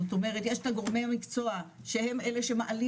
זאת אומרת יש כאן גורמי מקצוע שהם אלה שמעלים